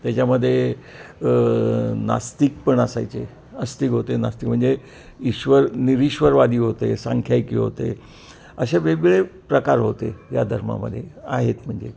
त्याच्यामध्ये नास्तिक पण असायचे अस्तिक होते नास्तिक म्हणजे ईश्वर निरीश्वरवादी होते संख्यायकी होते अशे वेगवेगळे प्रकार होते या धर्मामध्ये आहेत म्हणजे